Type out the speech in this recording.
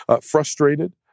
frustrated